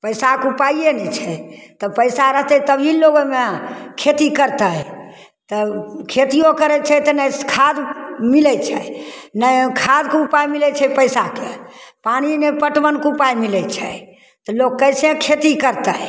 पइसाके उपाये नहि छै तऽ पइसा रहतै तभी लोक ओहिमे खेती करतै तब खेतिओ करै छै तऽ नहि खाद मिलै छै नहि खादके उपाय मिलै छै पइसाके पानी नहि पटवनके उपाय मिलै छै तऽ लोक कइसे खेती करतै